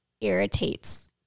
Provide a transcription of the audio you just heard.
irritates